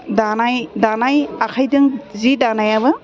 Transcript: दानाय दानाय आखाइजों जि दानायाबो